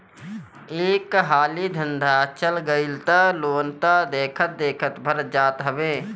एक हाली धंधा चल गईल तअ लोन तअ देखते देखत भरा जात हवे